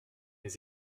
les